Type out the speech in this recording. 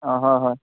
অঁ হয় হয়